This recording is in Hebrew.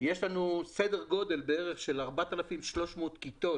יש לנו סדר גודל של כ-4,300 כיתות.